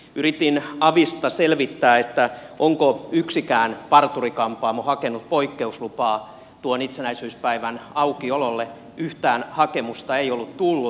yritin avista selvittää onko yksikään parturi kampaamo hakenut poikkeuslupaa itsenäisyyspäivän aukiololle yhtään hakemusta ei ollut tullut